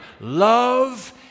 Love